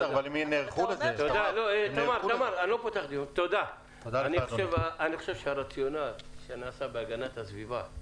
אני חושב שהרציונל שנעשה בהגנת הסביבה,